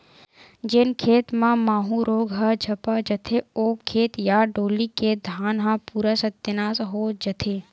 जेन खेत मन म माहूँ रोग ह झपा जथे, ओ खेत या डोली के धान ह पूरा सत्यानास हो जथे